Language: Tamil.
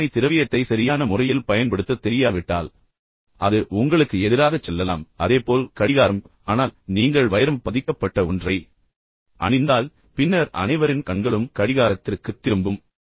எனவே வாசனை திரவியத்தை சரியான முறையில் பயன்படுத்தத் தெரியாவிட்டால் அது உங்களுக்கு எதிராகச் செல்லலாம் அதே விஷயம் கடிகாரத்துடன் செல்லலாம் கடிகாரம் செயல்பட வேண்டும் ஆனால் நீங்கள் வைரம் பதிக்கப்பட்ட ஒன்றை அணிந்தால் பின்னர் அனைவரின் கண்களும் கடிகாரத்திற்குத் திரும்பும்